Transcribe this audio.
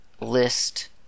list